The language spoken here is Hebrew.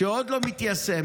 שעוד לא מיושמת.